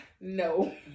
no